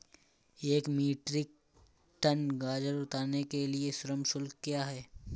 एक metric tonne गाजर उतारने के लिए श्रम शुल्क क्या है?